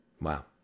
Wow